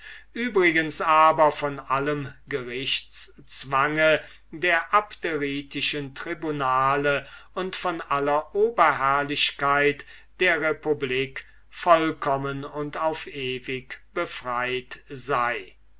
übrigens aber von allem gerichtszwange der abderitischen tribunalien und von aller oberherrlichkeit der republik selbst vollkommen und auf ewig befreit sei